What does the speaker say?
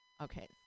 Okay